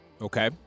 Okay